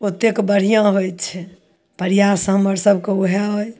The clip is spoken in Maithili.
ओतेक बढ़िआँ होइ छै प्रयास हमर सबके वएह अइ